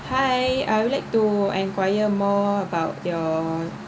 hi I would like to enquire more about your